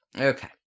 Okay